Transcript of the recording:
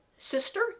sister